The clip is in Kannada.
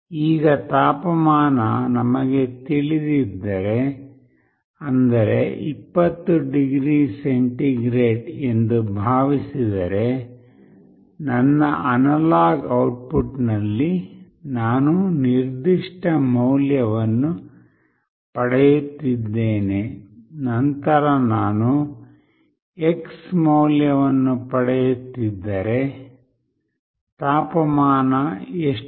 ಈಗ ತಾಪಮಾನ ನಮಗೆ ತಿಳಿದಿದ್ದರೆ ಅಂದರೆ 20 ಡಿಗ್ರಿ ಸೆಂಟಿಗ್ರೇಡ್ ಎಂದು ಭಾವಿಸಿದರೆ ನನ್ನ ಅನಲಾಗ್ output ನಲ್ಲಿ ನಾನು ನಿರ್ದಿಷ್ಟ ಮೌಲ್ಯವನ್ನು ಪಡೆಯುತ್ತಿದ್ದೇನೆ ನಂತರ ನಾನು x ಮೌಲ್ಯವನ್ನು ಪಡೆಯುತ್ತಿದ್ದರೆ ತಾಪಮಾನ ಎಷ್ಟು